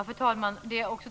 Fru talman!